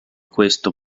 questo